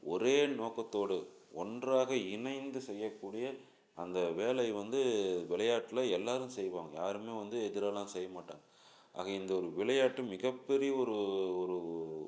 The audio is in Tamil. ஒரே நோக்கத்தோடு ஒன்றாக இணைந்து செய்யக்கூடிய அந்த வேலை வந்து விளையாட்டில் எல்லோரும் செய்வாங்க யாருமே வந்து எதிராகலாம் செய்யமாட்டாங்க ஆக இந்த ஒரு விளையாட்டு மிகப்பெரிய ஒரு ஒரு